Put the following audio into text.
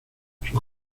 sus